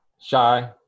Shy